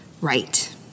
right